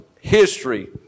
history